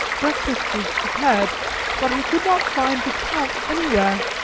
breakfast was prepared but i could not find the count anywhere.